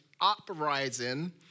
uprising